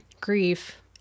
grief